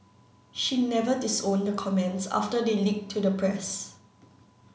she never disowned the comments after they leaked to the press